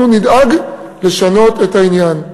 אנחנו נדאג לשנות את העניין.